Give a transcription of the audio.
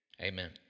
Amen